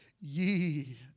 ye